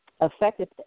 affected